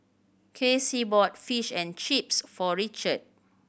Kassie bought Fish and Chips for Richard